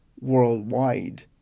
worldwide